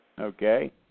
Okay